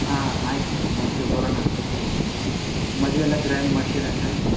ಹಾಂ ಆಯಿತು thank you ಬರೋಣ ಮದ್ವೆ ಎಲ್ಲ ಗ್ರ್ಯಾಂಡ್ ಮಾಡ್ತೀರಾ ಹಂಗಾರೆ